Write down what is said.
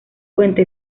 puente